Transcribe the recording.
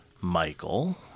Michael